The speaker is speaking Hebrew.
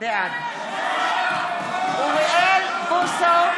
בעד אוריאל בוסו,